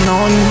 on